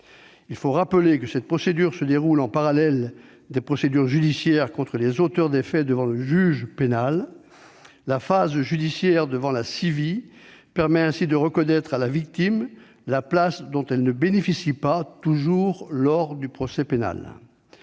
Il faut rappeler que cette procédure se déroule en parallèle des procédures judiciaires contre les auteurs des faits devant le juge pénal. La phase judiciaire devant la CIVI permet ainsi de reconnaître à la victime la place dont elle ne bénéficie pas toujours lors du procès pénal.